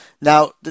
Now